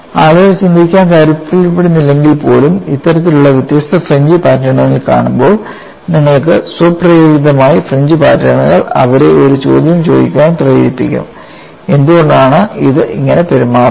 ആളുകൾ ചിന്തിക്കാൻ താൽപ്പര്യപ്പെടുന്നില്ലെങ്കിൽപ്പോലും ഇത്തരത്തിലുള്ള വ്യത്യസ്ത ഫ്രിഞ്ച് പാറ്റേണുകൾ കാണുമ്പോൾ നിങ്ങൾക്ക് സ്വപ്രേരിതമായി ഫ്രിഞ്ച് പാറ്റേണുകൾ അവരെ ഒരു ചോദ്യം ചോദിക്കാൻ പ്രേരിപ്പിക്കും എന്തുകൊണ്ടാണ് ഇത് ഇങ്ങനെ പെരുമാറുന്നത്